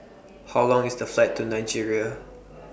How Long IS The Flight to Nigeria